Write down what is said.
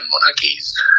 monarchies